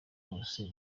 hose